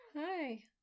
hi